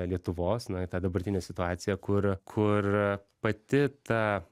lietuvos na į tą dabartinę situaciją kur kur pati ta